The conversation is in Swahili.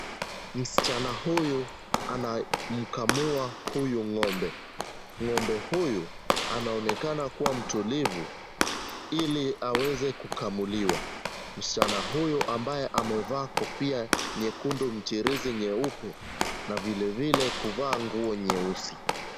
Msichana huyu anamkamua huyu ng'ombe. Ng'ombe huyu anaonekana kuwa mtulivu, ili aweze kukamuliwa. Msichana huyu ambaye amevaa kofia nyekundu mchirizi nyeupe na vilevile kuvaa nguo nyeusi.